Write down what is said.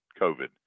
COVID